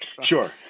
Sure